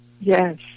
Yes